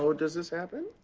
so does this happen?